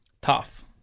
tough